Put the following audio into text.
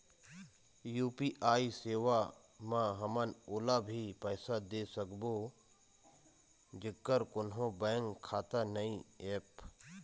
UPI सेवा म हमन ओला भी पैसा दे सकबो जेकर कोन्हो बैंक खाता नई ऐप?